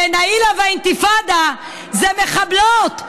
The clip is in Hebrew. ונאילה והאינתיפאדה זה מחבלות.